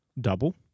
Double